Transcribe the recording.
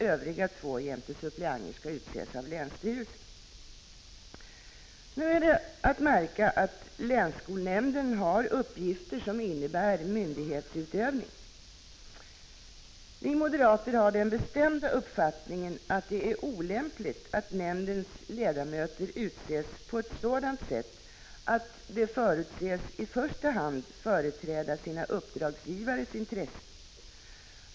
Övriga två jämte suppleanter skall utses av länsstyrelsen. Nu är det att märka att länsskolnämnden har uppgifter som innebär myndighetsutövning. Vi moderater har den bestämda uppfattningen, att det är olämpligt att nämndens ledamöter utses på ett sådant sätt att de förutsätts i första hand företräda sina uppdragsgivares intressen.